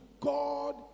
God